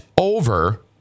over